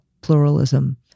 pluralism